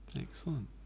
Excellent